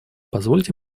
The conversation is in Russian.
позвольте